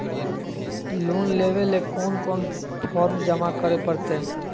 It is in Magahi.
लोन लेवे ले कोन कोन फॉर्म जमा करे परते?